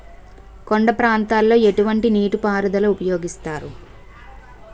కొండ ప్రాంతాల్లో ఎటువంటి నీటి పారుదల ఉపయోగిస్తారు?